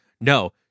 No